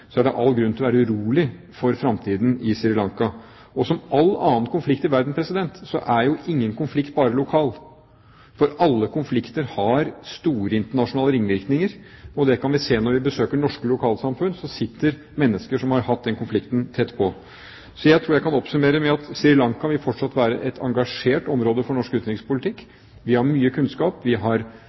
er det all grunn til å være urolig for fremtiden i Sri Lanka. Som all annen konflikt i verden, er heller ikke denne konflikten bare lokal, for alle konflikter har store internasjonale ringvirkninger. Det kan vi se når vi besøker norske lokalsamfunn der det sitter mennesker som har hatt den konflikten tett på. Jeg tror jeg kan oppsummere med at Sri Lanka fortsatt vil være et engasjert område for norsk utenrikspolitikk. Vi har mye kunnskap, vi har